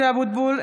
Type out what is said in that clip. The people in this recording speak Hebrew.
(קוראת בשמות חברי הכנסת) משה אבוטבול,